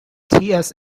eliot